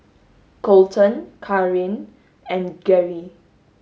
Colten Kaaren and Gerri